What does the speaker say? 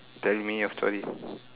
tell me your story